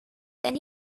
then